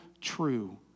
true